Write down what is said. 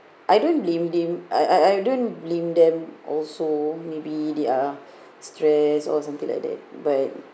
I don't blame them I I don't blame them also maybe they are stress or something like that but